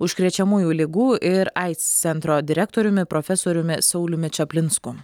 užkrečiamųjų ligų ir aids centro direktoriumi profesoriumi sauliumi čaplinsku